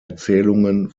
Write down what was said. erzählungen